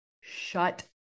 shut